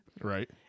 Right